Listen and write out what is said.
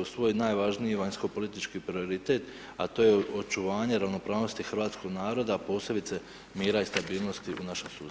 u svoj najvažniji vanjskopolitički prioritet, a to je očuvanje ravnopravnosti hrvatskoga naroda, posebice mira i stabilnosti u našem susjedstvu.